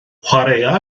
chwaraea